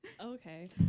Okay